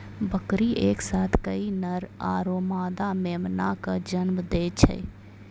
बकरी एक साथ कई नर आरो मादा मेमना कॅ जन्म दै छै